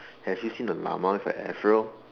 have you seen a llama with an Afro